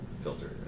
filter